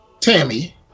Tammy